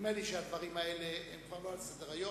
נדמה לי שהדברים האלה הם כבר לא על סדר-היום.